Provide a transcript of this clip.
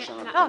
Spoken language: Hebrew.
והשנה --- לא,